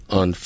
on